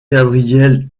gabriel